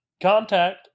contact